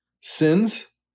sins